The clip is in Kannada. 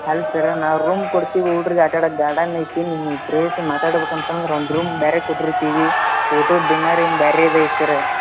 ಅಲ್ಲ ಸರ್ ನಾವು ರೂಮ್ ಕೊಡ್ತೀವಿ ಹುಡ್ರಿಗ್ ಆಟಡಕ್ಕೆ ಗಾಡನ್ ಐತೆ ನಿಮ್ಗೆ ಪ್ರೈವೆಸಿ ಮಾತಾಡ್ಬೊಕಂತ ಅಂದ್ರೆ ಒಂದು ರೂಮ್ ಬೇರೆ ಕೊಟ್ಟಿರ್ತೀವಿ ಊಟದ ಡಿನ್ನರಿಂದು ಬ್ಯಾರೆದೆ ಐತಿ ಸರ್